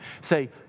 Say